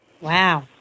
Wow